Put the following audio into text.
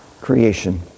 creation